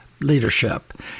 leadership